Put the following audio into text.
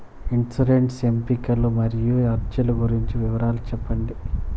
insurance ఎంపికలు మరియు అర్జీల గురించి వివరాలు సెప్పండి